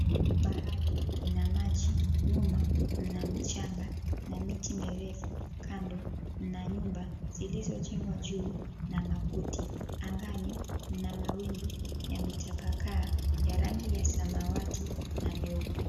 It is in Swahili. Bahari ina maji nyuma ina mchanga na miti mirefu kando na nyumba zilizojengwa juu na makuti, angani mna mawingu yametapakaa ya rangi ya samawati na meupe.